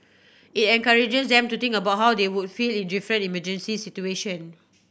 it encourages them to think about how they would feel in different emergency situation